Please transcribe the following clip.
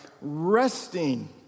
resting